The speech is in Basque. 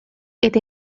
eta